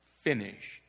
finished